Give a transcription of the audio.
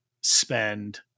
spend